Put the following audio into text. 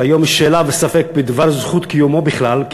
שהיום יש שאלה וספק בדבר זכות קיומו בכלל,